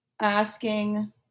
asking